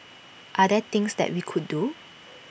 are there things that we could do